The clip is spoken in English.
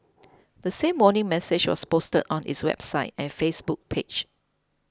the same warning message was posted on its website and Facebook page